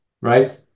Right